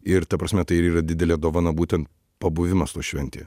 ir ta prasme tai ir yra didelė dovana būten pabuvimas toj šventėje